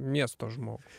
miesto žmogų